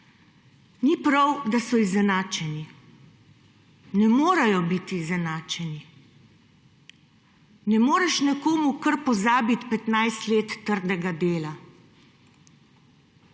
Ni prav, da so izenačeni. Ne morejo biti izenačeni. Ne moreš nekomu kar pozabiti 15 let trdega dela.